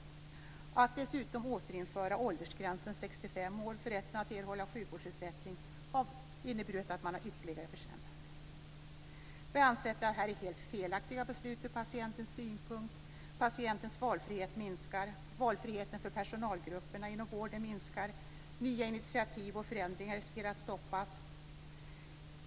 Att man dessutom har återinfört åldersgränsen 65 år för rätten att erhålla sjukvårdsersättning har inneburit ytterligare en försämring. Vi anser att det här är helt felaktiga beslut sett från patientens synpunkt. Patientens valfrihet minskar, valfriheten för personalgrupperna inom vården minskar, och nya initiativ och förändringar riskerar att stoppas.